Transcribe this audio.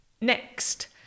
Next